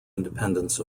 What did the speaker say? independence